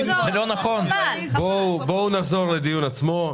--- בואו נחזור לדיון עצמו.